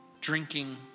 drinking